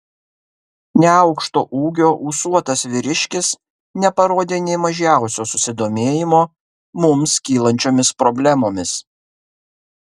neaukšto ūgio ūsuotas vyriškis neparodė nė mažiausio susidomėjimo mums kylančiomis problemomis